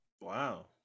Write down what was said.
Wow